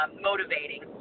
motivating